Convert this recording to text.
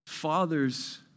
Fathers